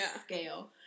scale